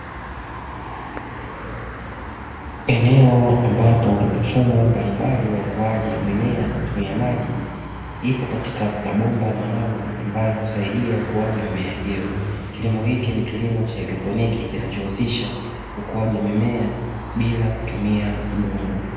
Eneo ambapo mfumo mbalimbali wa mimea kutumia maji, ipo katika mabomba maalumu ambayo husaidia ukuaji wa mimea hiyo. Kilimo hiki ni kilimo cha haidroponi kinachohusisha ukuaji wa mimea bila kutumia udongo.